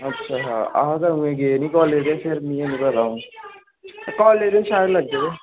अच्छा अच्छा अस ते अदूं दे गे निं कालेज फेर मीं निं ऐ पता हू'न कालेज दे असाईनमेंट हे